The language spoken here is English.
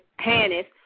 Hannis